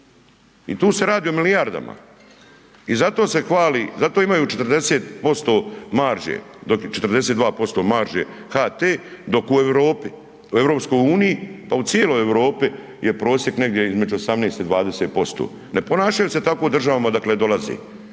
i tu se radi o milijardama i zato se hvali, zato imaju 40% marže, 42% marže HT dok u Europi, u EU-u, pa u cijeloj Europi je prosjek negdje između 18 i 20%, ne ponašaju se tako u državama odakle dolaze.